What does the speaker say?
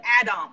Adam